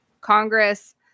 Congress